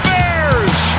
Bears